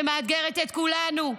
שמאתגרת את כולנו.